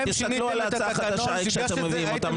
תסתכלו על ההצעה החדשה שאתם מביאים אותה.